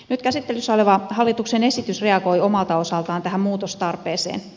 nyt käsittelyssä oleva hallituksen esitys reagoi omalta osaltaan tähän muutostarpeeseen